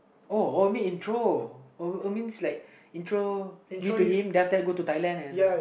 uh you mean intro oh oh means like intro me to him then after that go to Thailand and